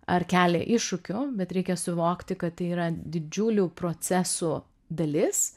ar kelia iššūkių bet reikia suvokti kad tai yra didžiulių procesų dalis